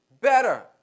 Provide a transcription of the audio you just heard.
better